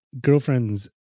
girlfriend's